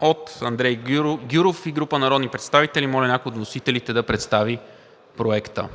от Андрей Гюров и група народни представители. Моля някой от вносителите да представи Проекта.